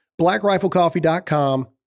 blackriflecoffee.com